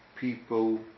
people